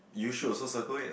you should also circle it what